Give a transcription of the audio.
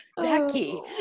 Becky